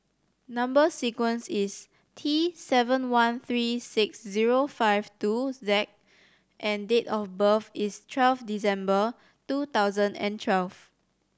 number sequence is T seven one three six zero five two Z and date of birth is twelve December two thousand and twelve